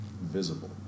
visible